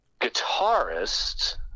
guitarist